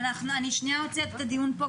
אני עוצרת את הדיון פה,